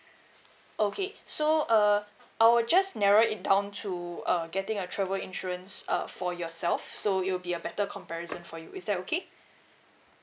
okay so uh I'll just narrow it down to err getting a travel insurance uh for yourself so you'll be a better comparison for you is that okay